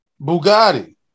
Bugatti